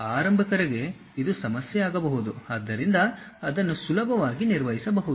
ಆರಂಭಿಕರಿಗೆ ಇದು ಸಮಸ್ಯೆಯಾಗಬಹುದು ಆದ್ದರಿಂದ ಅದನ್ನು ಸುಲಭವಾಗಿ ನಿರ್ವಹಿಸಬಹುದು